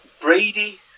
Brady